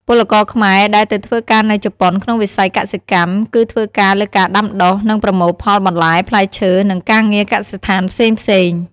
ពលករខ្មែរដែលទៅធ្វើការនៅជប៉ុនក្នុងវិស័យកសិកម្ម គឺធ្វើការលើការដាំដុះ និងប្រមូលផលបន្លែ ផ្លែឈើ និងការងារកសិដ្ឋានផ្សេងៗ ។